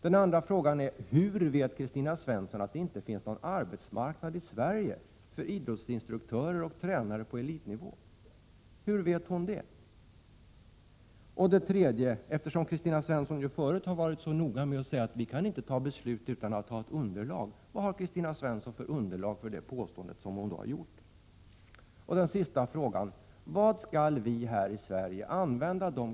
Den andra frågan är: Hur vet Kristina Svensson att det inte finns någon arbetsmarknad i Sverige för idrottsinstruktörer och tränare på elitnivå? Kristina Svensson har tidigare varit så noga med att säga att vi kan inte ta beslut utan att ha ett underlag. Den tredje frågan blir då: Vad har Kristina Svensson för grund för det påståendet? Så den fjärde och sista frågan: Vad skall vi här i Sverige i fortsättningen Prot.